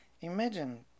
Imagine